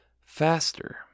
faster